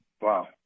Wow